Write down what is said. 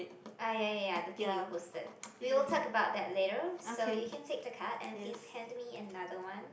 ah ya ya ya the thing you posted we will talk about that later so you can take the card and please hand me another one